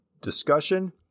discussion